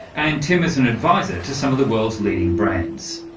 and tim is an advisor to some of the world's leading brands.